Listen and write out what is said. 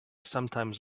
sometimes